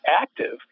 active